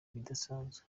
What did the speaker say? ibidasanzwe